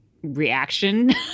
reaction